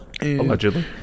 allegedly